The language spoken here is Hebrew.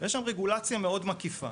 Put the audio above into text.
ויש שם רגולציה מאוד מקיפה.